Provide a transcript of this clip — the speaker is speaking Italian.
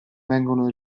vengono